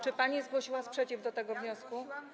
Czy pani zgłosiła sprzeciw wobec tego wniosku?